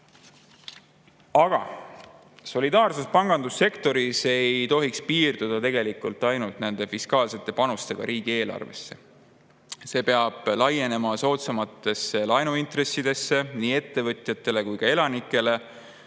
Aga solidaarsus pangandussektoris ei tohiks piirduda ainult fiskaalsete panustega riigieelarvesse. See peab laienema soodsamatesse laenuintressidesse – nii ettevõtjatele kui ka elanikele